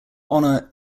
honor